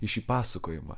į šį pasakojimą